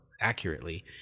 accurately